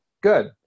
good